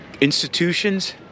institutions